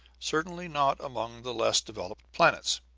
certainly not among the less developed planets.